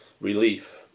relief